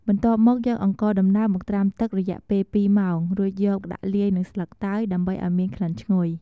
បន្ទាប់យកអង្ករដំណើបមកត្រាំទឹករយៈពេល២ម៉ោង រួចយកដាក់លាយនឹងស្លឹកតើយ ដើម្បីឱ្យមានក្លិនឈ្ងុយ។